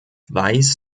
weiß